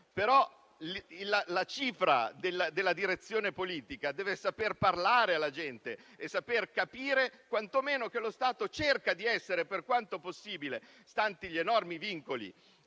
Però la direzione politica deve saper parlare alla gente e saper capire quantomeno che lo Stato cerca di essere, per quanto possibile, stanti gli enormi vincoli